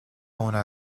una